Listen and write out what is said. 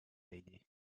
lady